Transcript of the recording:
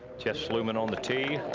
jeff sluman on the tee.